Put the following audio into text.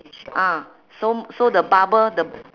ah so so the bubble the